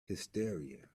hysteria